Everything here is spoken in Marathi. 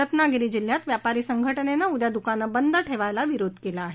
रत्नागिरी जिल्ह्यात व्यापारी संघटनेनं उद्या दुकानं बंद ठेवायला विरोध केला आहे